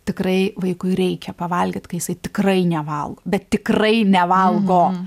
tikrai vaikui reikia pavalgyt kai jisai tikrai nevalgo bet tikrai nevalgo